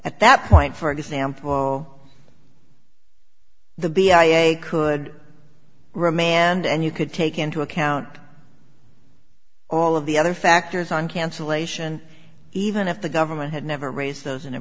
at that point for example the b i a could remand and you could take into account all of the other factors on cancellation even if the government had never raised those in a